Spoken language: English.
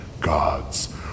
gods